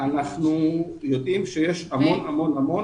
אנחנו יודעים שיש המון, המון, המון.